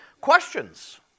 questions